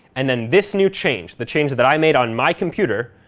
and then this new change, the change that i made on my computer,